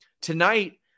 tonight